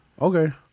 okay